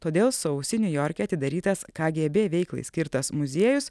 todėl sausį niujorke atidarytas kgb veiklai skirtas muziejus